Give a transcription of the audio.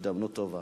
הזדמנות טובה.